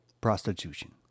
Prostitution